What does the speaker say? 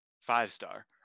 five-star